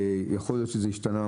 יכול להיות שזה השתנה,